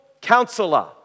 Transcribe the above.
Counselor